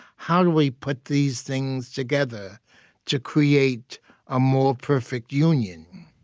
how do we put these things together to create a more perfect union?